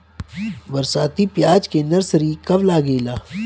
बरसाती प्याज के नर्सरी कब लागेला?